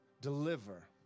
deliver